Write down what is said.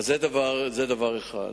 זה דבר אחד.